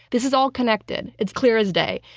this is all connected. it's clear as day,